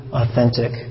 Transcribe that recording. authentic